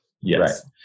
Yes